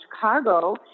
Chicago